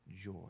joy